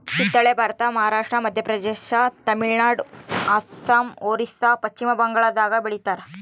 ಕಿತ್ತಳೆ ಭಾರತದ ಮಹಾರಾಷ್ಟ್ರ ಮಧ್ಯಪ್ರದೇಶ ತಮಿಳುನಾಡು ಅಸ್ಸಾಂ ಒರಿಸ್ಸಾ ಪಚ್ಚಿಮಬಂಗಾಳದಾಗ ಬೆಳಿತಾರ